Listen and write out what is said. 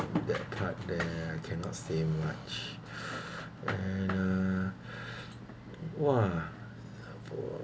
that part there I cannot say much and uh !wah!